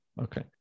Okay